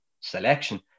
selection